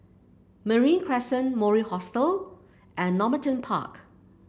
Marine Crescent Mori Hostel and Normanton Park